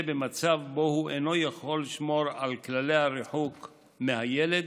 במצב שבו הוא לא יכול לשמור על כללי הריחוק מהילד.